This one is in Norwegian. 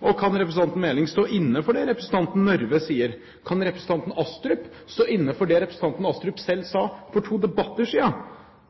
Og kan representanten Meling stå inne for det representanten Røbekk Nørve sier? Kan representanten Astrup stå inne for det representanten Astrup selv sa for to debatter siden?